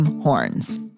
horns